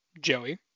Joey